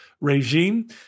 regime